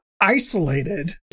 isolated